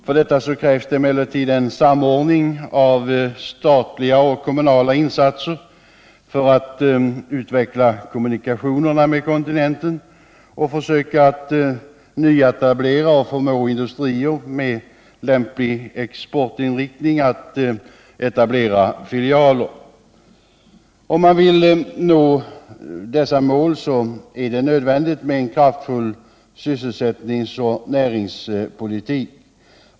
För detta krävs emellertid en samordning av statliga och kommunala insatser för att utveckla kommunikationerna med kontinenten och för att nyetablera företag och förmå industrier med lämplig exportinriktning att etablera filialer. Om man vill nå dessa mål, är det nödvändigt med en kraftfull sysselsättningsoch näringspolitik.